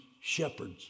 shepherds